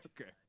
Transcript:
Okay